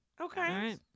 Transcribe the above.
Okay